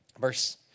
Verse